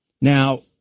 Now